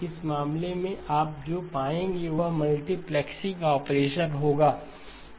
इस मामले में आप जो पाएंगे वह मल्टीप्लेक्सिंग ऑपरेशन होगा